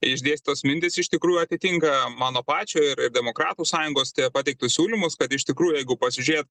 išdėstytos mintys iš tikrųjų atitinka mano pačio ir demokratų sąjungos pateiktus siūlymus kad iš tikrųjų jeigu pasižiūrėt